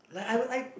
like I would I